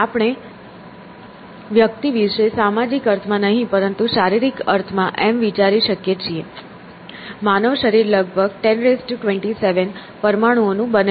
આપણે વ્યક્તિ વિશે સામાજિક અર્થમાં નહીં પરંતુ શારીરિક અર્થમાં વિચારી શકીએ છીએ માનવ શરીર લગભગ 1027 પરમાણુઓનું બનેલું છે